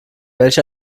welch